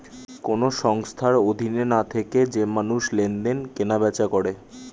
কোন সংস্থার অধীনে না থেকে যে মানুষ লেনদেন, কেনা বেচা করে